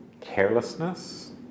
carelessness